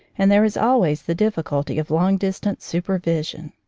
and there is always the difficulty of long distance supervision.